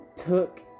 ...took